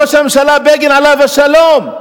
ראש הממשלה בגין, עליו השלום,